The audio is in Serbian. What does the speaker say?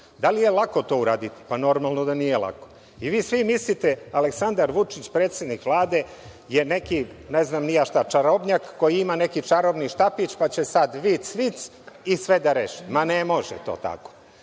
li je lako to uraditi? Normalno da nije lako. Vi svi mislite Aleksandar Vučić, predsednik Vlade je neki, ne znam ni ja šta, čarobnjak koji ima neki čarobni štapić, pa će sad vic, vic i sve da reši. Ma, ne može to tako.